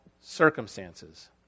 circumstances